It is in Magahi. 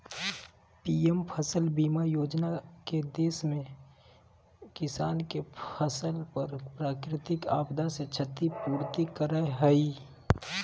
पीएम फसल बीमा योजना के देश में किसान के फसल पर प्राकृतिक आपदा से क्षति पूर्ति करय हई